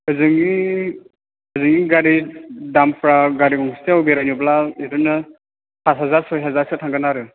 होजोंनि ओरैनो गारिनि दामफ्रा गारि गंसेयाव बेरायनोब्ला बिदिनो पास हाजार सय हाजारसो थांगोन आरो